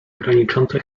graniczące